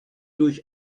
durch